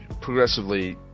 progressively